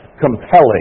compelling